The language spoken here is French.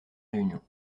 réunion